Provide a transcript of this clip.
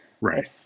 Right